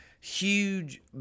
huge